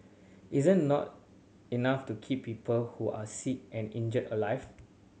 isn't not enough to keep people who are sick and injured alive